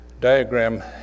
diagram